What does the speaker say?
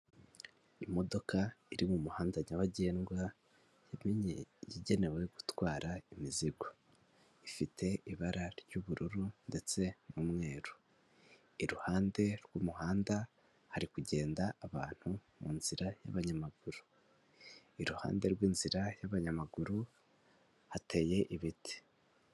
Imodoka iri mu muhanda nyabagendwa igenewe gutwara imizigo, ifite ibara ry'ubururu ndetse n'umweru, iruhande rw'umuhanda hari kugenda abantu mu nzira y'abanyamaguru, iruhande rw'inzira y'abanyamaguru hateye ibiti.